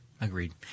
Agreed